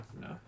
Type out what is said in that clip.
No